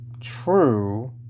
True